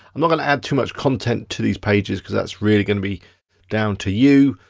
i'm not gonna add too much content to these pages, cause that's really gonna be down to you.